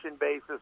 basis